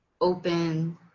open